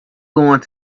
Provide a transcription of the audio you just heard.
going